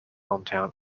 hometown